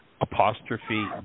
apostrophe